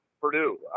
Purdue